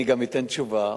אני גם אתן תשובה,